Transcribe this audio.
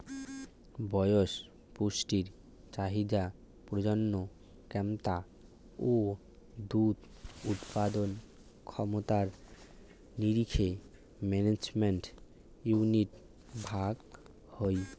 বয়স, পুষ্টি চাহিদা, প্রজনন ক্যমতা ও দুধ উৎপাদন ক্ষমতার নিরীখে ম্যানেজমেন্ট ইউনিট ভাগ হই